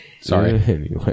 Sorry